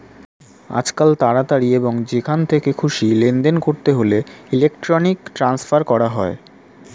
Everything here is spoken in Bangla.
আজকাল তাড়াতাড়ি এবং যেখান থেকে খুশি লেনদেন করতে হলে ইলেক্ট্রনিক ট্রান্সফার করা হয়